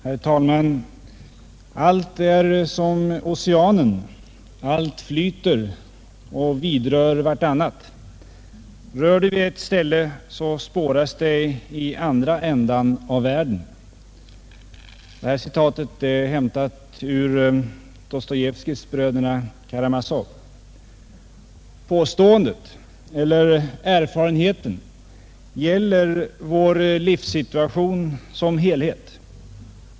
Herr talman! ”Allt är som oceanen. Allt flyter och vidrör vartannat. Rör du vid ett ställe, så spåras det i andra ändan av världen.” Detta citat är hämtat ur Dostojevskijs ”Bröderna Karamazov”. Påståendet — eller erfarenheten — gäller vår livssituation som helhet.